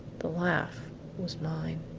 the laugh was mine.